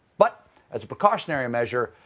but as a precautionary measure,